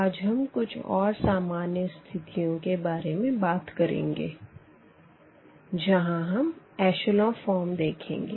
आज हम कुछ और सामान्य स्थितियों के बारे में बात करेंगे जहां हम एशलों फ़ॉर्म देखेंगे